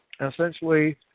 essentially